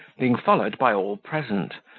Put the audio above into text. being followed by all present,